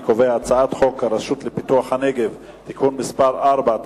אני קובע שהצעת חוק הרשות לפיתוח הנגב (תיקון מס' 4),